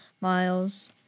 miles